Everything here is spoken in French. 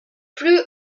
plus